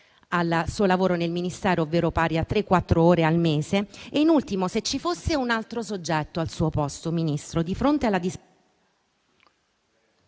al suo lavoro nel Ministero, pari a tre o quattro ore al mese; in ultimo, se ci fosse un altro soggetto al suo posto, Ministro, di fronte alla disastrosa